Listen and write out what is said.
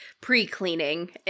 pre-cleaning